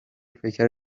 پیکر